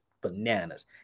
bananas